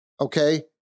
okay